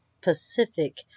Pacific